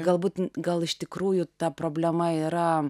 galbūt gal iš tikrųjų ta problema yra